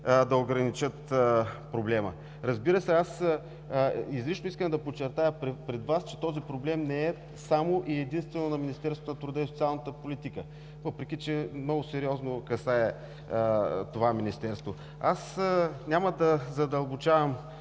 да ограничат проблема? Разбира се, изрично искам да подчертая пред Вас, че този проблем не е само и единствено на Министерството на труда и социалната политика, въпреки че много сериозно касае това министерство. Няма да задълбочавам